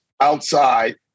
outside